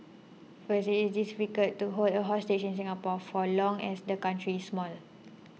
first it is difficult to hold a hostage in Singapore for long as the country is small